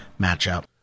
matchup